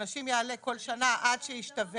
הנשים יעלה כל שנה עד שישתווה.